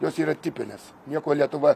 jos yra tipinės nieko lietuva